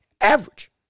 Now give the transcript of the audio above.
average